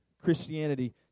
Christianity